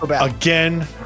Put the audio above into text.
again